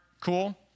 cool